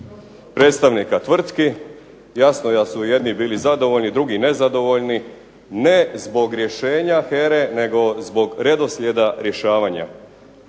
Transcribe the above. predstavnika tvrtki, jasno da su jedni bili zadovoljni, drugi nezadovoljni, ne zbog rješenja HERA-e, nego zbog redoslijeda rješavanja.